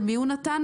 למי הוא נתן,